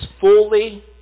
fully